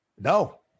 no